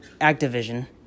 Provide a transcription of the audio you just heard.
Activision